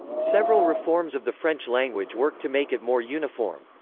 several reforms of the french language worked to make it more uniform.